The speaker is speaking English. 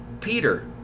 Peter